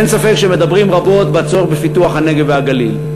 אין ספק שמדברים רבות בצורך בפיתוח הנגב והגליל.